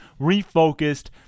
refocused